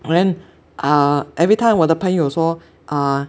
and then ah everytime 我的朋友说啊 err